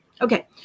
Okay